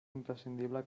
imprescindible